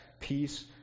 peace